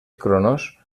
cronos